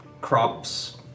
crops